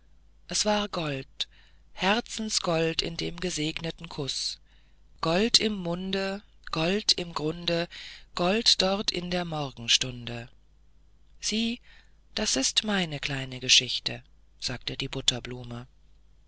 es war gold herzensgold in dem gesegneten kusse gold im munde gold im grunde gold dort in der morgenstunde sieh das ist meine kleine geschichte sagte die butterblume